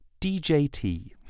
DJT